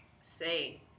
say